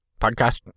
Podcast